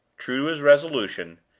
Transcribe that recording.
true to his resolution,